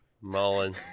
Mullen